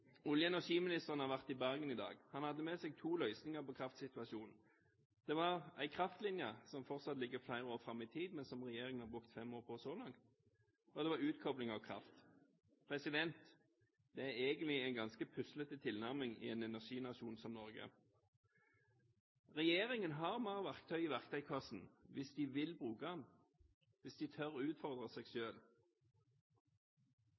Olje- og energiministeren har vært i Bergen i dag. Han hadde med seg to løsninger på kraftsituasjonen: en kraftlinje, som fortsatt ligger flere år fram i tid, men som regjeringen så langt har brukt fem år på, og utkobling av kraft. Det er egentlig en ganske puslete tilnærming i en energinasjon som Norge. Regjeringen har mer verktøy i verktøykassen, hvis de vil bruke det, hvis de tør å utfordre seg